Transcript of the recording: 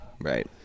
Right